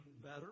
better